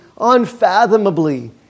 unfathomably